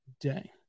day